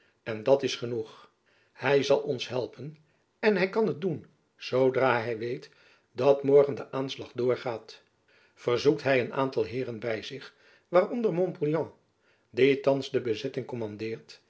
en dat is genoeg hy zal ons helpen en hy kan het doen zoodra hy weet dat morgen de aanslag doorgaat verzoekt hy een aantal heeren by zich waaronder montpouillan die thands de bezetting kommandeert